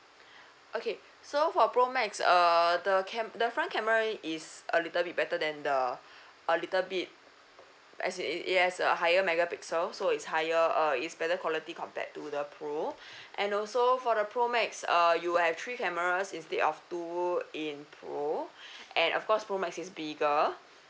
okay so for pro max err the cam~ the front camera is a little bit better than the a little bit as in yes a higher mega pixel so is higher uh is better quality compared to the pro and also for the pro max uh you have three cameras instead of two in pro and of course pro max is bigger